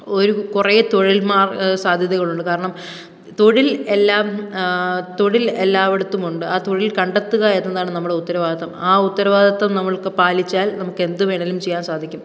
ഒരു കുറെ തൊഴിൽ മാർ സാധ്യതകളുണ്ട് കാരണം തൊഴിൽ എല്ലാം തൊഴിൽ എല്ലായിടത്തും ഉണ്ട് ആ തൊഴിൽ കണ്ടെത്തുക എന്നതാണ് നമ്മുടെ ഉത്തരവാദിത്വം ആ ഉത്തരവാദിത്വം നമുക്ക് പാലിച്ചാൽ നമുക്ക് എന്ത് വേണേലും ചെയ്യാൻ സാധിക്കും